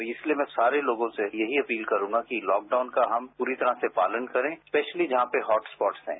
तो इसलिये मैं सारे लोगों से यही अपील करूंगा कि लॉकडाउन का हम पूरी तरह से पालन करें स्पेशली जहां पर हॉटस्पॉट्स हैं